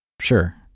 Sure